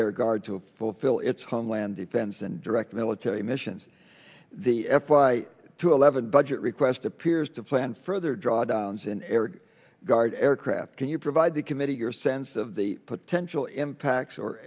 air guard to fulfill its homeland defense and direct military missions the f y two eleven budget request appears to plan further drawdowns in air guard aircraft can you provide the committee your sense of the potential impacts or